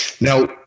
Now